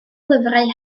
lyfrau